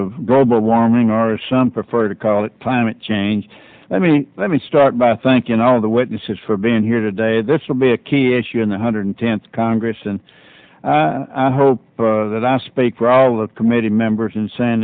of global warming are some prefer to call it climate change let me let me start by thanking all of the witnesses for being here today this will be a key issue in the hundred tenth congress and i hope that i speak for all the committee members and s